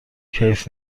کیف